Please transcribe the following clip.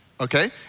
okay